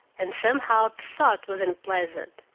and somehow the thought was unpleasant.